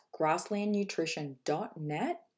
grasslandnutrition.net